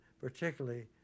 particularly